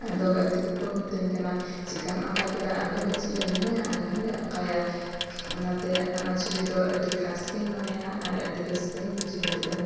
ᱟᱫᱚ ᱜᱟᱛᱮ ᱠᱚ ᱠᱚ ᱢᱤᱛᱟᱹᱧ ᱠᱟᱱᱟ ᱪᱤᱠᱟᱢ ᱟᱸᱠᱟᱣ ᱠᱮᱫᱟ ᱟᱞᱮ ᱦᱚᱸ ᱪᱮᱫ ᱟᱞᱮ ᱢᱮ ᱟᱞᱮ ᱦᱚᱸᱞᱮ ᱟᱠᱟᱭᱟ ᱚᱱᱟᱛᱮ ᱚᱱᱟ ᱪᱷᱚᱵᱤ ᱫᱚ ᱟᱹᱰᱤ ᱠᱷᱟᱥ ᱜᱤᱧ ᱢᱚᱱᱮᱭᱟ ᱟᱨ ᱟᱹᱰᱤ ᱨᱟᱹᱥᱠᱟᱹᱧ ᱵᱩᱡᱷᱟᱹᱣ ᱞᱮᱫᱟ